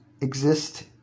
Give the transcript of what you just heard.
exist